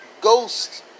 Ghosts